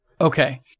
okay